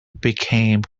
became